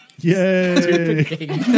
Yay